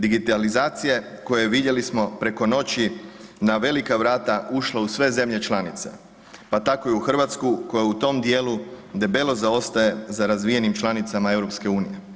Digitalizacije koja je, vidjeli smo preko noći, na velika vrata ušla u sve zemlje članice, pa tako i u RH koja u tom dijelu debelo zaostaje za razvijenim članicama EU.